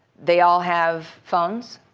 they all have phones,